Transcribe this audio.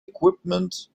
equipment